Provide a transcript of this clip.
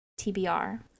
TBR